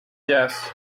yes